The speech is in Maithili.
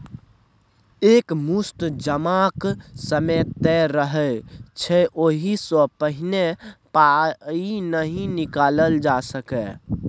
एक मुस्त जमाक समय तय रहय छै ओहि सँ पहिने पाइ नहि निकालल जा सकैए